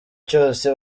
cyose